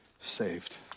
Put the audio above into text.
saved